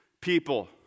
people